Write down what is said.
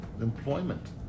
employment